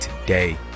today